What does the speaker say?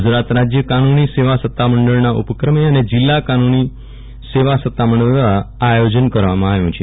ગુજરાત રાજ્ય કાનૂની વા સત્તામંડળના ઉપક્રમે અને જિલ્લા કાનુની સેવા સત્તામંડળ દ્વારા આયોજન કરવામાં આવ્યું છે